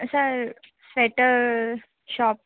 sir sweater shop